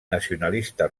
nacionalista